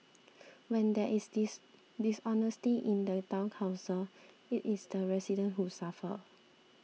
when there is this dishonesty in the Town Council it is the resident who suffer